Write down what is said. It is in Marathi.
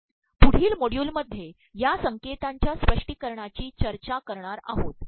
पुढील मॉड्यूलमध्ये या संके तांच्या स्त्पष्िीकरणांची चचाय करणार आहोत